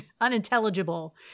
unintelligible